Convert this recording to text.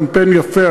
קמפיין יפה,